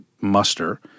muster